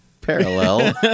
parallel